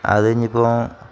അതു കഴിഞ്ഞിപ്പം